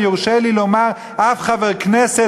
ויורשה לי לומר: אף חבר כנסת,